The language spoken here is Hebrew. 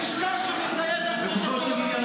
רק מה שאפשר --- שמזייף --- לגופו של עניין,